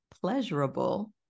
pleasurable